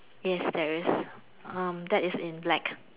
yes there is um that is in black